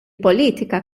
politika